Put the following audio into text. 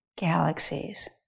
galaxies